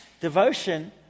Devotion